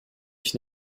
ich